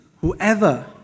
whoever